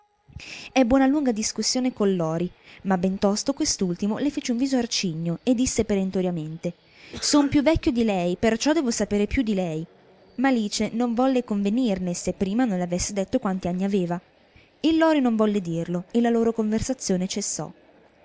ebbe una lunga discussione col lori ma bentosto quest'ultimo le fece un viso arcigno e disse perentoriamente son più vecchio di lei perciò devo saper più di lei ma alice non volle convenirne se prima non le avesse detto quanti anni aveva il lori non volle dirlo e la loro conversazione cessò